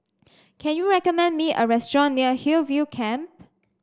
can you recommend me a restaurant near Hillview Camp